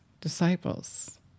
disciples